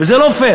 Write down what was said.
וזה לא פייר.